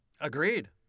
Agreed